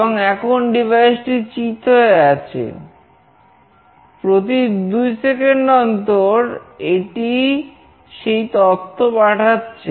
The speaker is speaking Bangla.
এবং এখন ডিভাইসটি চিৎ হয়ে আছে প্রতি 2 সেকেন্ড অন্তর এটিই সেই তথ্য পাঠাচ্ছে